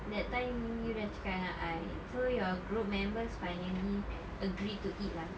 that time you dah cakap dengan I so your group members finally agreed to it lah